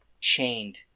chained